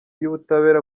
y’ubutabera